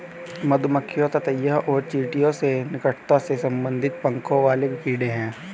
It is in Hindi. मधुमक्खियां ततैया और चींटियों से निकटता से संबंधित पंखों वाले कीड़े हैं